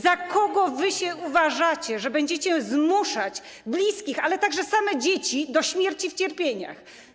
Za kogo wy się uważacie, że będziecie zmuszać bliskich, ale także same dzieci do śmierci w cierpieniach?